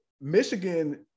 Michigan